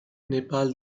nepal